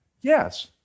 Yes